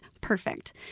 perfect